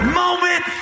moment